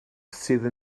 sydd